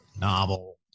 novel